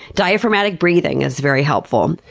diaphragmatic breathing is very helpful.